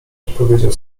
odpowiedział